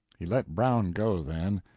he let brown go then,